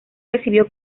recibió